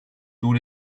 tous